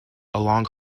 along